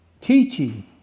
Teaching